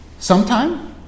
Sometime